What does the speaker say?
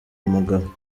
mugabo